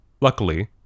luckily